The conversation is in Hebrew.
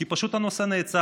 אלא כי פשוט הנושא נעצר.